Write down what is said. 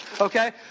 okay